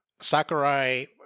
sakurai